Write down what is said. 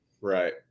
Right